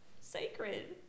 sacred